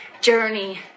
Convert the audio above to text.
journey